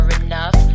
enough